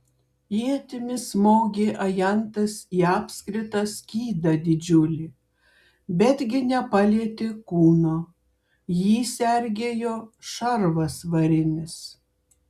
ietimi smogė ajantas į apskritą skydą didžiulį betgi nepalietė kūno jį sergėjo šarvas varinis